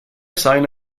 sign